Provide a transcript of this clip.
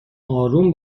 آروم